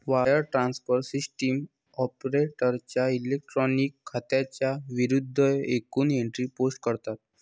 wire transfer system ऑपरेटरच्या electronic खात्यांच्या विरूद्ध एकूण एंट्री पोस्ट करतात